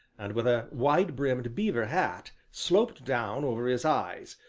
and with a wide-brimmed beaver hat sloped down over his eyes,